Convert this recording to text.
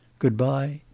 good-bye!